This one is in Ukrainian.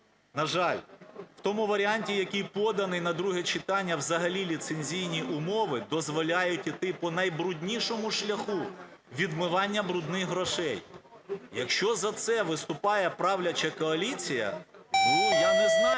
На жаль, в тому варіанті, який поданий на друге читання взагалі ліцензійні умови дозволяють іти по найбруднішому шляху відмивання "брудних" грошей. Якщо за це виступає правляча коаліція… ну, я не знаю,